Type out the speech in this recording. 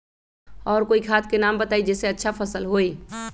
और कोइ खाद के नाम बताई जेसे अच्छा फसल होई?